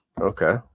Okay